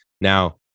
Now